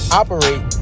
operate